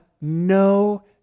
no